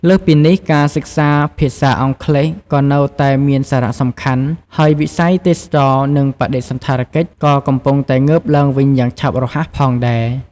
លើសពីនេះ ការសិក្សា ភាសាអង់គ្លេស ក៏នៅតែមានសារៈសំខាន់ ហើយវិស័យ ទេសចរណ៍ និងបដិសណ្ឋារកិច្ច ក៏កំពុងតែងើបឡើងវិញយ៉ាងឆាប់រហ័សផងដែរ។